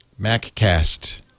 MacCast